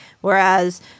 whereas